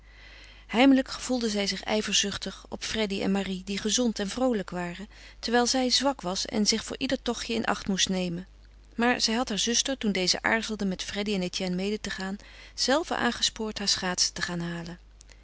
heimelijk gevoelde zij zich ijverzuchtig op freddy en marie die gezond en vroolijk waren terwijl zij zwak was en zich voor ieder tochtje in acht moest nemen maar zij had haar zuster toen deze aarzelde met freddy en etienne mede te gaan zelve aangespoord haar schaatsen te gaan halen